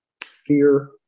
fear